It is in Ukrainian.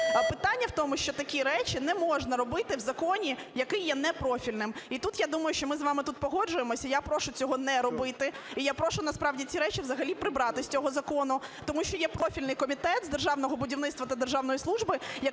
Питання в тому, що такі речі не можна робити в законі, який є непрофільним. І тут я думаю, що тут ми з вами погоджуємося. І я прошу цього не робити, і я прошу насправді ці речі взагалі прибрати з цього закону, тому що є профільний Комітет з державного будівництва та державної служби,